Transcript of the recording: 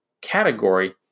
category